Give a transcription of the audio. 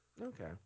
Okay